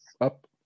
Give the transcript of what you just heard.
up